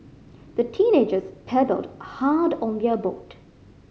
the teenagers paddled hard on their boat